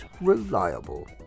reliable